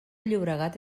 llobregat